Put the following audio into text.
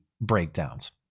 breakdowns